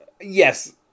Yes